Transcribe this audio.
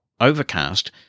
Overcast